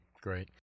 Great